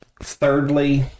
thirdly